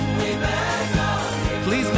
Please